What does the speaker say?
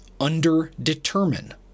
underdetermine